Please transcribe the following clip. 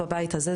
בבית הזה,